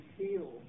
feel